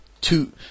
two